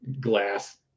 glass